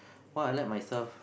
what I like myself